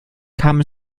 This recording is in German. kam